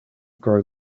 grow